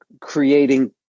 creating